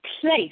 place